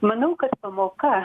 manau kad pamoka